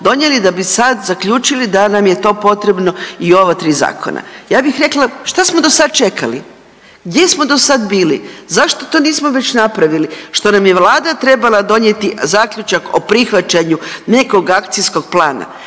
donijeli, da bi sad zaključili da nam je to potrebno i u ova tri zakona. Ja bih rekla šta smo do sad čekali? Gdje smo do sad bili? Zašto to nismo već napravili? Što nam je Vlada trebala donijeti zaključak o prihvaćanju nekog akcijskog plana?